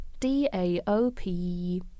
DAOP